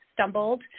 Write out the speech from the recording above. stumbled